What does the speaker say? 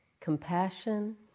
compassion